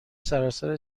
سراسر